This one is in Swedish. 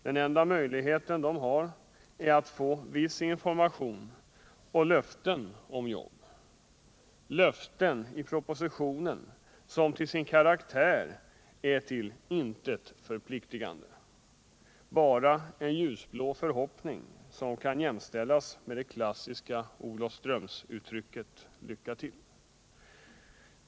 Den enda möjlighet de har är att få viss information och löften om jobb — löften i propositionen som till sin karaktär är till intet förpliktande utan bara innebär en ljusblå förhoppning som kan jämställas med det klassiska Olofströmsuttrycket ”lycka till”.